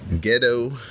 Ghetto